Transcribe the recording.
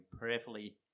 prayerfully